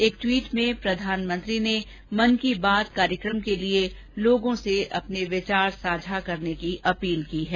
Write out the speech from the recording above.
एक ट्वीट में प्रधानमंत्री ने मन की बात कार्यक्रम के लिए लोगों से अपने विचार साझा करने की अपील की है